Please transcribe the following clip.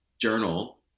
journal